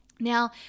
Now